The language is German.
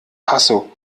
hasso